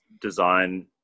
design